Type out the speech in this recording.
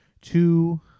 two